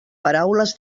paraules